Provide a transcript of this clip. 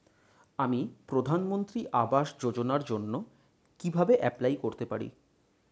আমি প্রধানমন্ত্রী আবাস যোজনার জন্য কিভাবে এপ্লাই করতে পারি?